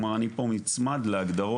אני נצמד להגדרות של הממשלה.